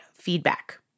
feedback